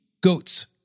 goats